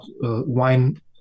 wine